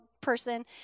person